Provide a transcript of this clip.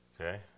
Okay